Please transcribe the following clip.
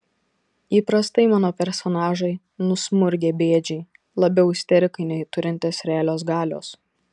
įprastai mano personažai nusmurgę bėdžiai labiau isterikai nei turintys realios galios